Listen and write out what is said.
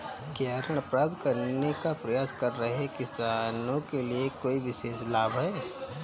क्या ऋण प्राप्त करने का प्रयास कर रहे किसानों के लिए कोई विशेष लाभ हैं?